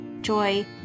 joy